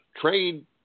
trade